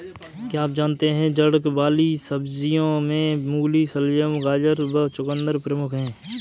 क्या आप जानते है जड़ वाली सब्जियों में मूली, शलगम, गाजर व चकुंदर प्रमुख है?